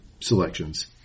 selections